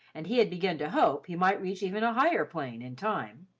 and he had begun to hope he might reach even a higher plane, in time.